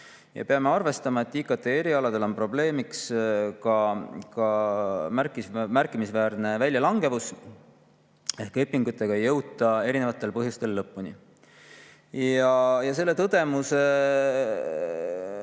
Peame arvestama, et IKT erialadel on probleemiks ka märkimisväärne väljalangevus ehk õpingutega ei jõuta erinevatel põhjustel lõpuni. Selle tõdemusega